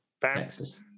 Texas